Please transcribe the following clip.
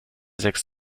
sechs